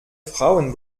frauen